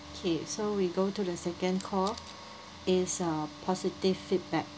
okay so we go to the second call is uh positive feedback